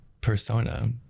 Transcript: persona